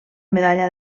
medalla